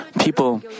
people